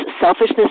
selfishness